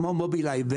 כמו מובילאיי,